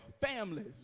families